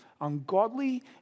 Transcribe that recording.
ungodly